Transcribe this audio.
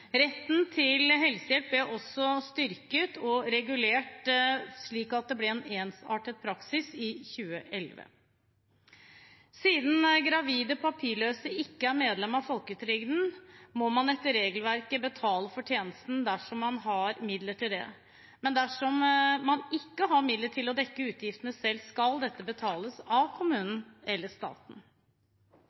Retten til helsehjelp ble også styrket og regulert slik at det ble en ensartet praksis i 2011. Siden gravide papirløse ikke er medlem av folketrygden, må de etter regelverket betale for tjenesten dersom de har midler til det, men dersom de ikke har midler til å dekke utgiftene selv, skal dette betales av kommunen eller staten.